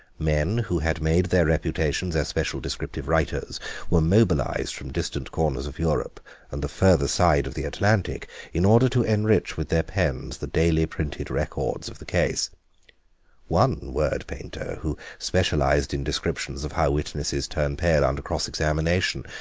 men who had made their reputations as special descriptive writers were mobilised from distant corners of europe and the further side of the atlantic in order to enrich with their pens the daily printed records of the case one word-painter, who specialised in descriptions of how witnesses turn pale under cross-examination,